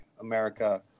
America